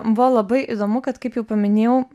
buvo labai įdomu kad kaip jau paminėjau